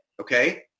Okay